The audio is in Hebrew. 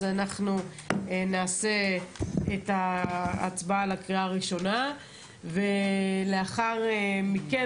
אז אנחנו נעשה את ההצבעה לקריאה הראשונה ולאחר מכן,